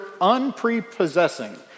unprepossessing